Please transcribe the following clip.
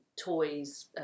toys